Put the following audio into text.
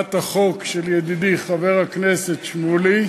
הצעת החוק של ידידי חבר הכנסת שמולי.